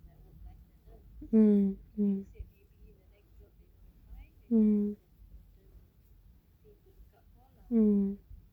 mm mm mm mm